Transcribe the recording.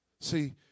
See